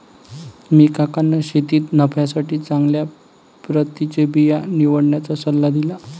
मी काकांना शेतीत नफ्यासाठी चांगल्या प्रतीचे बिया निवडण्याचा सल्ला दिला